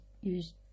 use